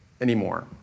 anymore